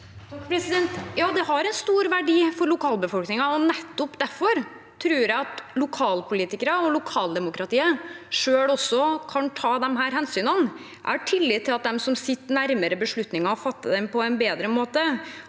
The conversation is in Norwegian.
Det har en stor verdi for lokalbefolkningen, og nettopp derfor tror jeg at lokalpolitikere og lokaldemokratiet selv også kan ta disse hensynene. Jeg har tillit til at de som sitter nærmere beslutningen, fatter den på en bedre måte.